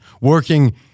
working